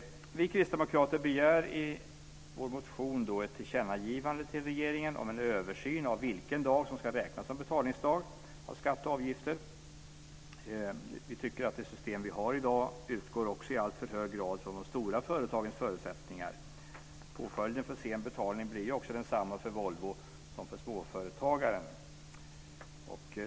Vi kristdemokrater begär i vår motion ett tillkännagivande till regeringen om en översyn av vilken dag som ska räknas som betalningsdag av skatter och avgifter. Vi tycker att det system vi har i dag i alltför hög grad utgår från de stora företagens förutsättningar. Påföljden för sen betalning blir också densamma för Volvo som för småföretagaren.